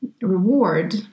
reward